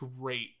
great